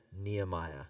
Nehemiah